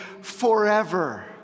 forever